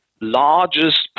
largest